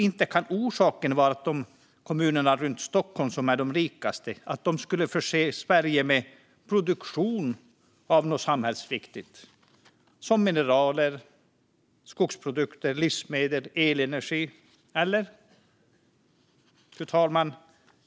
Inte kan orsaken vara att de rikaste kommunerna runt Stockholm skulle förse Sverige med produktion av något samhällsviktigt, exempelvis mineraler, skogsprodukter, livsmedel eller elenergi? Fru talman!